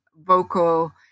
vocal